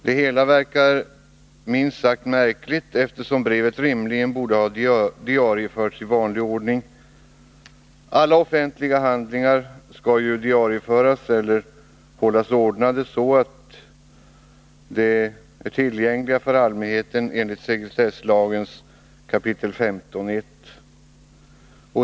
Det hela verkar minst sagt märkligt, eftersom brevet rimligen borde ha diarieförts i vanlig ordning. Enligt sekretesslagens 15 kap. 1§ skall ju alla offentliga handlingar diarieföras eller hållas ordnade så, att de är tillgängliga för allmänheten.